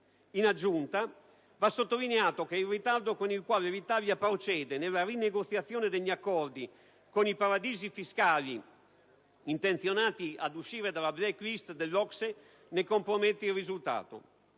In aggiunta, va sottolineato che il ritardo con il quale l'Italia procede nella rinegoziazione degli accordi con i paradisi fiscali intenzionati ad uscire dalla *black list* dell'OCSE ne compromette il risultato.